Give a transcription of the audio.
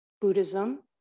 Buddhism